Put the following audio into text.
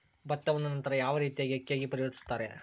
ಭತ್ತವನ್ನ ನಂತರ ಯಾವ ರೇತಿಯಾಗಿ ಅಕ್ಕಿಯಾಗಿ ಪರಿವರ್ತಿಸುತ್ತಾರೆ?